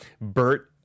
Bert